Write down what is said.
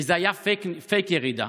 וזה היה פייק ירידה.